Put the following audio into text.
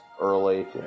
early